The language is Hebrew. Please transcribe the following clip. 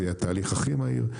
זה יהיה התהליך הכי מהיר,